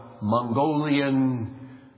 Mongolian